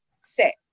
set